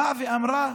ואמרה: